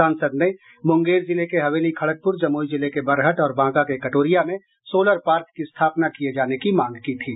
सांसद ने मुंगेर जिले के हवेली खड़गपुर जमुई जिले के बरहट और बांका के कटोरिया में सोलर पार्क की स्थापना किये जाने की मांग की थी